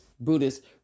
Buddhist